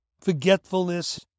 forgetfulness